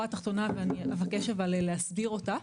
התחתונה ואני אבקש אבל להסביר אותה.